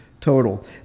total